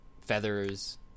feathers